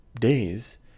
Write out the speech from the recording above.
days